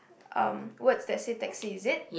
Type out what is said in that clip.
um words that say taxi is it